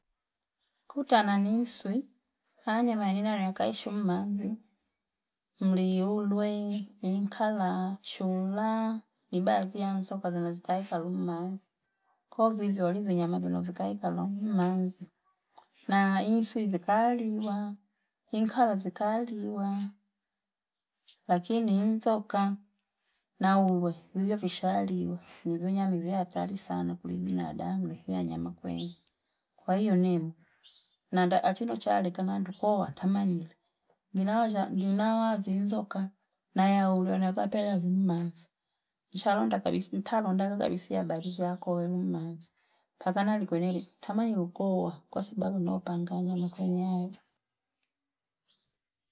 Kutana ni inswe anyama yanina yano yakaishi umumanzi muli ulwe. inkala chula ni baazi ya nzoka zino zikaila umumanzi kwayo vivyo alivinyama vini, vikaika umumanzi na inswi zika liwa mkala zikaliwa lakini inzoka na ulwe vivyo vishaliwa ni vinyama vya atali sana kuli binadamu nu kyanayama kwene kwahiyo nemwi nanda achino chaleka nanda ukowa ntamanyile ngi nawa inzoka na yaulue yano yakapeleka yali umumanzi ntalo ndanga kabisa iyabari zya kuowela umumanzi mpaka na likwene lii ntamanyile ukowa kwa sababu napanga anyama kwene yayo.